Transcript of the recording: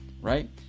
right